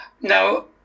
Now